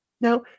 Now